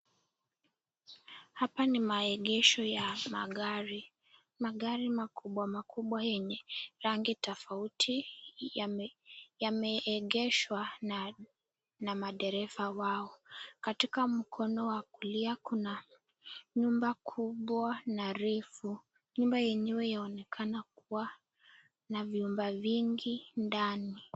Hapa ni maengesho ya magari. Magari makubwa makubwa yenye rangi tofauti yameengeshwa na madereva wao. Katika mkono wakulia kuna nyumba kubwa na refu. Nyumba yenyewe yaonekana kuwa na vyumba vingi ndani.